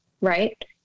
right